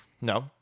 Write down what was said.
No